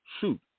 shoot